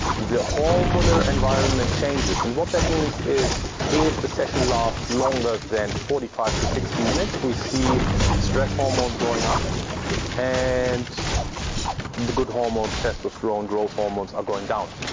the hormonal environment changes and what that means is, if the session last longer than forty five to sixty minutes we see stress hormones going up and the good hormones testosterone, growth hormones are going down.